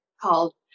called